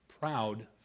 proud